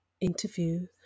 interview